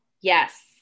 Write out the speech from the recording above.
Yes